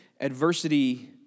adversity